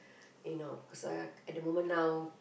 you know because uh at the moment now